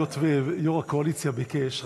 היות שיו"ר הקואליציה ביקש,